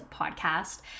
Podcast